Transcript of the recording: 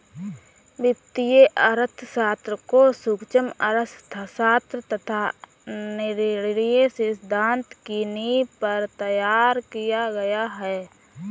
वित्तीय अर्थशास्त्र को सूक्ष्म अर्थशास्त्र तथा निर्णय सिद्धांत की नींव पर तैयार किया गया है